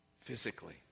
physically